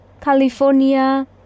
California